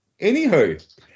Anywho